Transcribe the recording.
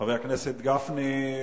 חבר הכנסת גפני,